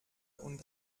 und